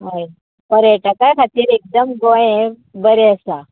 हय पर्यटका खातीर एकदम गोंय हें बरें आसा